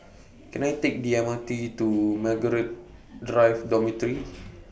Can I Take The M R T to Margaret Drive Dormitory